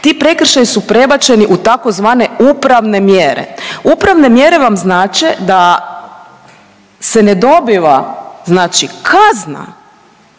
Ti prekršaji su prebačeni u tzv. upravne mjere. Upravne mjere vam znače da se ne dobiva znači